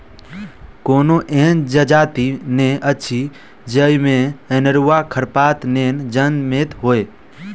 कोनो एहन जजाति नै अछि जाहि मे अनेरूआ खरपात नै जनमैत हुए